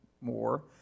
more